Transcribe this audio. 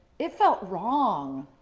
it felt wrong.